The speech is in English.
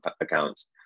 accounts